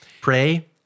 pray